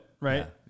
right